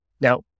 Now